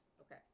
Okay